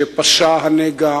פשה הנגע.